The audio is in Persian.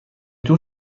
تور